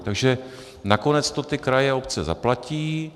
Takže nakonec to kraje a obce zaplatí.